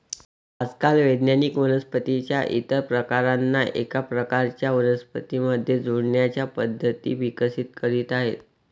आजकाल वैज्ञानिक वनस्पतीं च्या इतर प्रकारांना एका प्रकारच्या वनस्पतीं मध्ये जोडण्याच्या पद्धती विकसित करीत आहेत